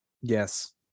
Yes